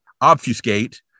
obfuscate